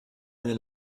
eine